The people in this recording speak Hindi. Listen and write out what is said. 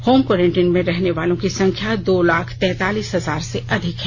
होम कोरेंटीन में रहने वालों की संख्या दो लाख तैंतालीस हजार से अधिक है